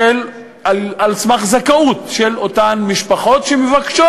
על סמך זכאות של אותן משפחות שמבקשות